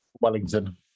Wellington